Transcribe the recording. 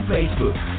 Facebook